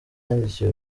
yandikiye